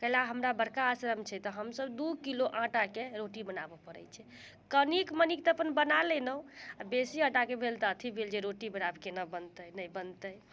कए ला हमरा बड़का आश्रम छै तऽ हम सभ दू किलो आँटाके रोटी बनाबऽ पड़ैत छै कनिक मनिक तऽ अपन बना लेलहुँ बेसी आँटाके भेल तऽ अथि भेल रोटी बड़ा आब केना बनतै नहि बनतै